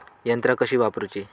यंत्रा कशी वापरूची?